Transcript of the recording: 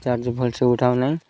charge ଭଲ ସେ ଉଠାଉ ନାହିଁ